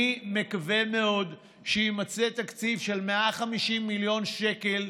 אני מקווה מאוד שיימצא תקציב של 150 מיליון שקל,